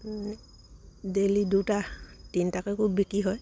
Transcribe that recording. daily দুটা তিনিটা কেওঁ বিক্ৰী হয়